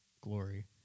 glory